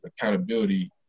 accountability